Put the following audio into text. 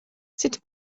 sut